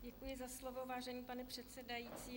Děkuji za slovo, vážený pane předsedající.